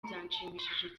byanshimishije